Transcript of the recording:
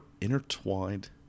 intertwined